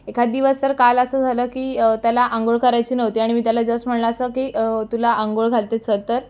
एखाद दिवस तर काल असं झालं की त्याला अंघोळ करायची नव्हती आणि मी त्याला जस्ट म्हणलं असं की तुला अंघोळ घालते चल तर